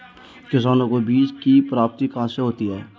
किसानों को बीज की प्राप्ति कहाँ से होती है?